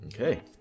Okay